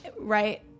Right